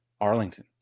Arlington